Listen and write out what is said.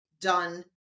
done